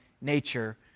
nature